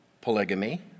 polygamy